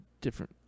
different